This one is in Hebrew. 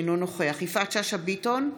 אינו נוכח יפעת שאשא ביטון,